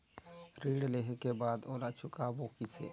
ऋण लेहें के बाद ओला चुकाबो किसे?